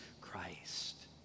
Christ